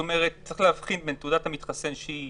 צריך להבחין בין תעודת מתחסן שהיא